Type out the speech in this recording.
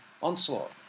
onslaught